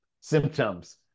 symptoms